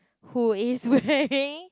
who is wearing